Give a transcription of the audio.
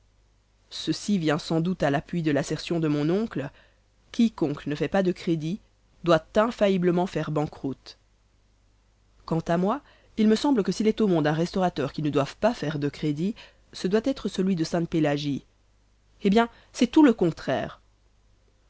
ceci vient sans doute à l'appui de l'assertion de mon oncle quiconque ne fait pas de crédit doit infailliblement faire banqueroute quant à moi il me semble que s'il est au monde un restaurateur qui ne doive pas faire de crédit ce doit être celui de sainte-pélagie eh bien c'est tout le contraire